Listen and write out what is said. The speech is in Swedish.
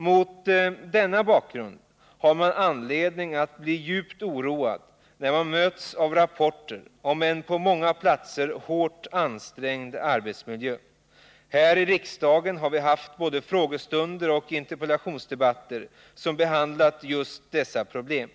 Mot denna bakgrund har man anledning att bli djupt oroad när man möts av rapporter om en på många platser hårt ansträngd arbetsmiljö. Här i riksdagen har vi haft både frågestunder och interpellationsdebatter som behandlat problem på just detta område.